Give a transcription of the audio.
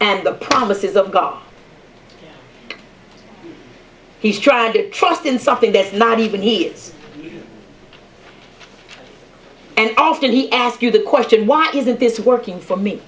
and the promises of god he's trying to trust in something that's not even he is and constantly ask you the question why isn't this working for me